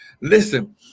Listen